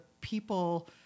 people